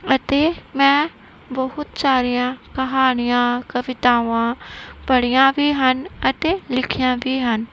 ਅਤੇ ਮੈਂ ਬਹੁਤ ਸਾਰੀਆਂ ਕਹਾਣੀਆਂ ਕਵਿਤਾਵਾਂ ਪੜ੍ਹੀਆਂ ਵੀ ਹਨ ਅਤੇ ਲਿਖੀਆਂ ਵੀ ਹਨ